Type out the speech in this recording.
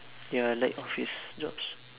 ya I like office jobs